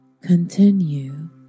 continue